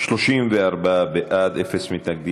על שירותים פיננסיים (שירותים פיננסיים מוסדיים)